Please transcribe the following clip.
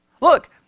Look